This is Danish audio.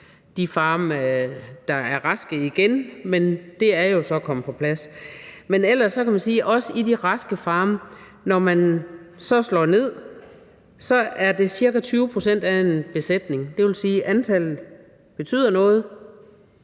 de farme, der er raske igen. Men det er jo så kommet på plads. Men ellers kan man sige, også i forhold til de raske farme, at når man så slår ned, er det cirka 20 pct. af en besætning. Det vil sige, at antallet betyder noget,